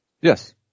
Yes